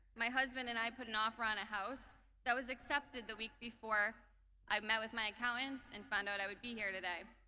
my husband and i put an offer on a house that was accepted the week before i met with my accountants and found out i would be here today.